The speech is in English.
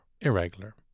irregular